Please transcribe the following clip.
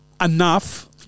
enough